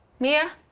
mia?